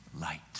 light